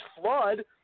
flood